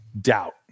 doubt